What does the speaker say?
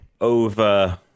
over